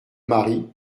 mari